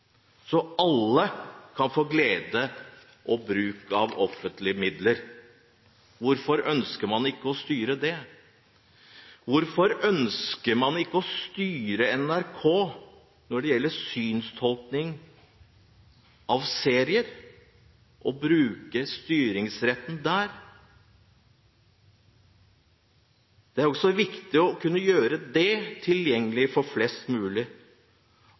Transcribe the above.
alle kan få glede av og bruke offentlige midler? Hvorfor ønsker man ikke å styre det? Hvorfor ønsker man ikke å styre NRK når det gjelder synstolkning av serier, bruke styringsretten der? Det er også viktig å kunne gjøre dette tilgjengelig for flest mulig.